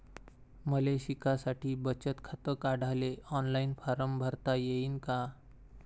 मले शिकासाठी बचत खात काढाले ऑनलाईन फारम भरता येईन का?